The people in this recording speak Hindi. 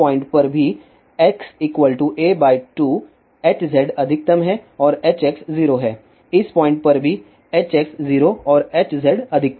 इस पॉइंट पर भी x a 2 Hz अधिकतम है और Hx 0 है इस पॉइंट पर भी Hx 0 है और Hz अधिकतम है